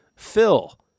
Phil